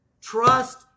Trust